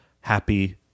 happy